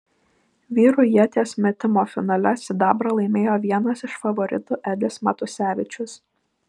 vyrų ieties metimo finale sidabrą laimėjo vienas iš favoritų edis matusevičius